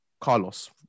Carlos